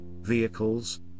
vehicles